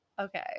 okay